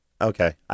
Okay